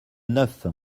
neuf